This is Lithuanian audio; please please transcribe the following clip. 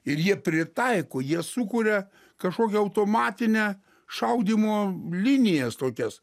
ir jie pritaiko jie sukuria kažkokią automatinę šaudymo linijas tokias